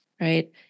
Right